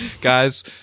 Guys